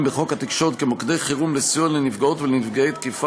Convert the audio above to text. בחוק התקשורת כמוקדי חירום לסיוע לנפגעות ולנפגעי תקיפה